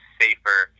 safer